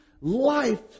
life